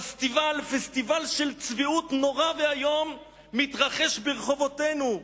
פסטיבל של צביעות נורא ואיום מתרחש ברחובותינו.